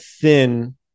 thin